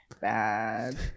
bad